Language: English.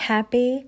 Happy